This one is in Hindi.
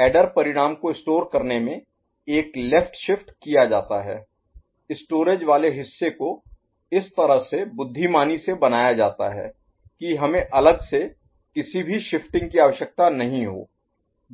ऐडर परिणाम को स्टोर करने में एक लेफ्ट शिफ्ट किया जाता है स्टोरेज वाले हिस्से को इस तरह से बुद्धिमानी से बनाया जाता है कि हमें अलग से किसी भी शिफ्टिंग की आवश्यकता नहीं हो